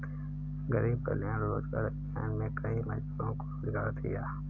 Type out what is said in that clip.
गरीब कल्याण रोजगार अभियान में कई मजदूरों को रोजगार दिया